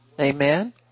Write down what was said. Amen